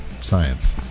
science